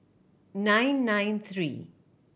nine nine three